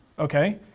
okay,